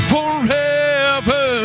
Forever